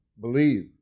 believe